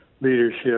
leadership